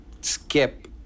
skip